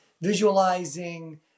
visualizing